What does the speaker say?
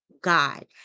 God